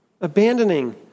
abandoning